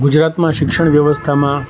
ગુજરાતમાં શિક્ષણ વ્યવસ્થામાં